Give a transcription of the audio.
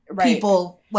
people